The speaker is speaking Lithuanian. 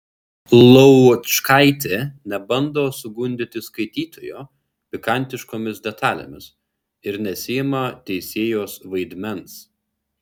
laučkaitė nebando sugundyti skaitytojo pikantiškomis detalėmis ir nesiima teisėjos vaidmens